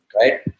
right